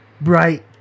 bright